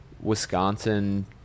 wisconsin